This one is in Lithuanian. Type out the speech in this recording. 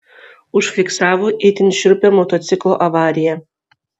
užfiksavo itin šiurpią motociklo avariją